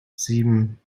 sieben